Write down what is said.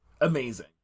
amazing